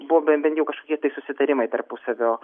buvo bent jau kažkokie susitarimai tarpusavio